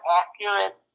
accurate